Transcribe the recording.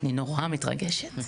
אני נורא מתרגשת,